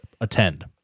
attend